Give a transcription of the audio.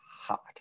hot